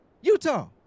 Utah